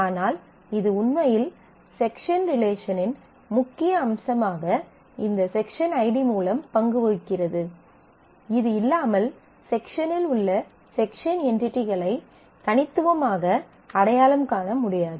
ஆனால் இது உண்மையில் செக்ஷன் ரிலேஷனின் முக்கிய அம்சமாக இந்த செக்ஷன் ஐடி மூலம் பங்கு வகிக்கிறது இது இல்லாமல் செக்ஷனில் உள்ள செக்ஷன் என்டிடிகளை தனித்துவமாக அடையாளம் காண முடியாது